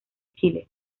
chile